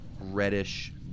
reddish